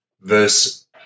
verse